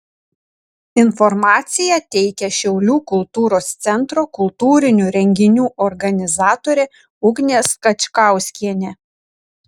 informaciją teikia šiaulių kultūros centro kultūrinių renginių organizatorė ugnė skačkauskienė